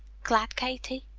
glad, katie?